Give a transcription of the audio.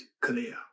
clear